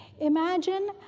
Imagine